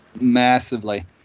Massively